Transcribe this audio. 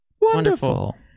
Wonderful